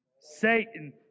Satan